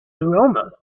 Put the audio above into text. aroma